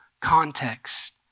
context